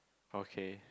okay